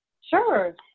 Sure